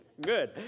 Good